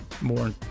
more